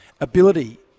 ability